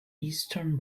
eastern